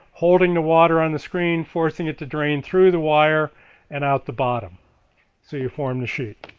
holding the water on the screen, forcing it to drain through the wire and out the bottom so you form the sheet